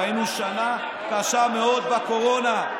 היינו בשנה קשה מאוד בקורונה.